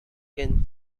can